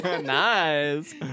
nice